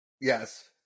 Yes